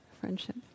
Friendship